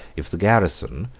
if the garrison,